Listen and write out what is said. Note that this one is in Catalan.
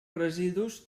residus